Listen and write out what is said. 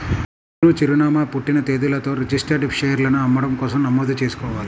పేరు, చిరునామా, పుట్టిన తేదీలతో రిజిస్టర్డ్ షేర్లను అమ్మడం కోసం నమోదు చేసుకోవాలి